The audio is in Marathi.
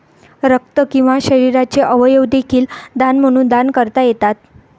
रक्त किंवा शरीराचे अवयव देखील दान म्हणून दान करता येतात